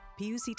PUCT